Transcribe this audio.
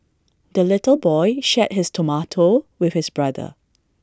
the little boy shared his tomato with his brother